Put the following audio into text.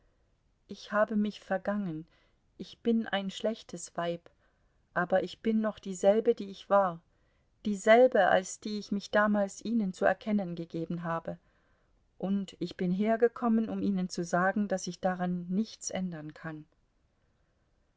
ich habe mich vergangen ich bin ein schlechtes weib aber ich bin noch dieselbe die ich war dieselbe als die ich mich damals ihnen zu erkennen gegeben habe und ich bin hergekommen um ihnen zu sagen daß ich daran nichts ändern kann